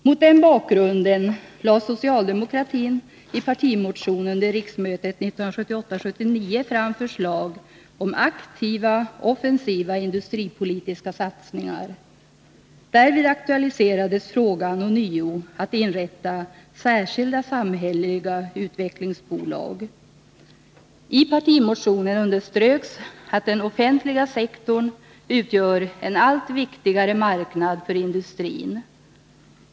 Mot den bakgrunden lade socialdemokratin i partimotioner under riksmötet 1978/79 fram förslag om aktiva, offensiva industripolitiska satsningar. Därvid aktualiserades ånyo frågan om att inrätta särskilda samhälleliga utvecklingsbolag. I partimotionen underströks att den offentliga sektorn utgör en allt viktigare marknad för industrin.